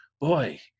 boy